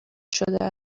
شده